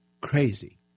crazy